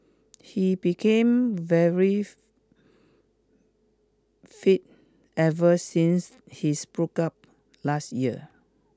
he became very fit ever since his breakup last year